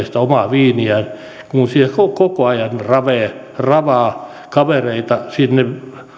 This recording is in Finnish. sitä omaa viiniään kun kun siellä koko koko ajan ravaa kavereita sinne